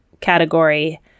category